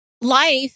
life